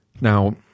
Now